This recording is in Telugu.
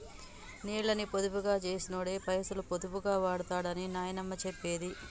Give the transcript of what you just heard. నీళ్ళని పొదుపు చేసినోడే పైసలు పొదుపుగా వాడుతడని నాయనమ్మ చెప్పేది